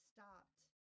Stopped